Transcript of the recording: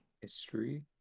History